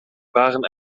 waren